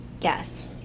Yes